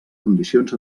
condicions